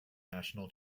national